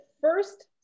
first